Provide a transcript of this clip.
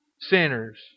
sinners